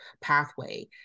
pathway